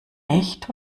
echt